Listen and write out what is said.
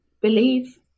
believe